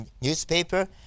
newspaper